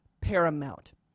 paramount